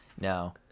no